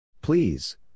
Please